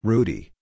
Rudy